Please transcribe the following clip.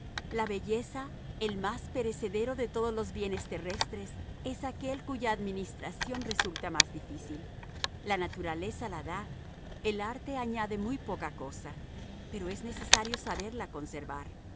la belleza el más perecedero de todos los bienes terrestres es aquel cuya administración resulta más difícil la naturaleza la da el arte añade muy poca cosa pero es necesario saberla conservar